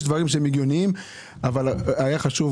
יש דברים שהם הגיוניים אבל היה חשוב